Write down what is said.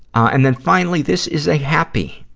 and then finally, this is a happy,